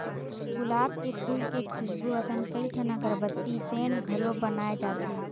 गुलाब के फूल के खुसबू असन कइठन अगरबत्ती, सेंट घलो बनाए जाथे